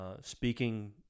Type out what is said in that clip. speaking